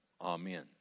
amen